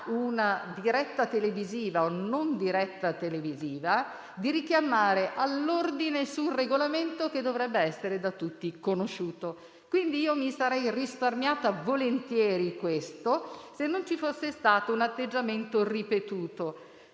una diretta televisiva, nella necessità di richiamare all'ordine sul Regolamento che dovrebbe essere da tutti conosciuto. Pertanto io mi sarei risparmiata volentieri questo, se non ci fosse stato un atteggiamento ripetuto,